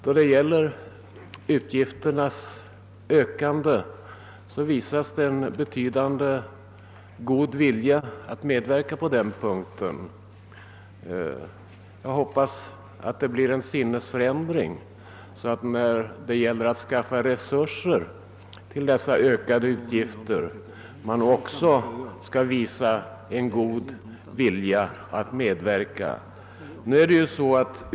Då det gäller att öka utgifterna visas en betydande god vilja till medverkan. Jag hoppas att det inte skall inträda en sinnesförändring när det blir fråga om att skaffa resurser till dessa ökade utgifter, utan att man även då skall visa god vilja att medverka.